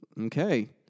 Okay